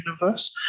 Universe